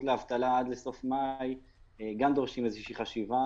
לאבטלה עד סוף מאי דורשים איזו שהיא חשיבה.